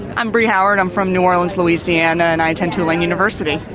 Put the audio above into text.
i'm bree howard, i'm from new orleans, louisiana, and i attend tulane university.